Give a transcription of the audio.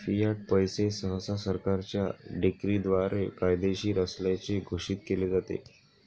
Fiat पैसे सहसा सरकारच्या डिक्रीद्वारे कायदेशीर असल्याचे घोषित केले जाते